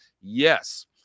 Yes